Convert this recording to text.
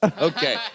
Okay